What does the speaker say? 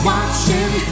Watching